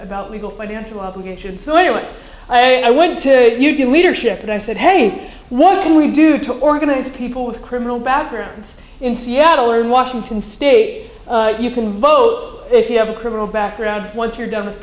about legal financial obligations sooner i went to you good leadership and i said hey what can we do to organize people with criminal backgrounds in seattle or in washington state you can vote if you have a criminal background once you're done with